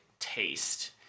taste